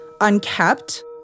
unkept